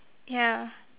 ya